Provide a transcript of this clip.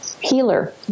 healer